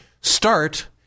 start